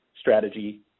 strategy